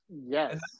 yes